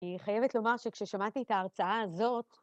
אני חייבת לומר שכששמעתי את ההרצאה הזאת...